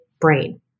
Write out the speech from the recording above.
brain